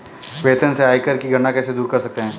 वेतन से आयकर की गणना कैसे दूर कर सकते है?